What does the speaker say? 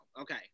Okay